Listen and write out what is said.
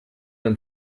and